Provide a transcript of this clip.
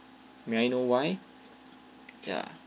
may I know why ya